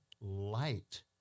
light